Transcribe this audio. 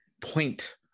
point